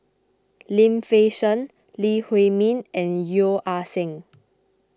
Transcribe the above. Lim Fei Shen Lee Huei Min and Yeo Ah Seng